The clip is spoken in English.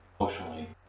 emotionally